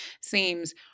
seems